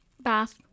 bath